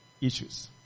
issues